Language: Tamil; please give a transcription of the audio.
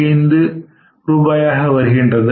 675 ரூபாயாக வருகின்றது